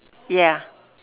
ya